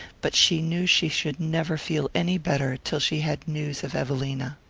but she knew she should never feel any better till she had news of evelina.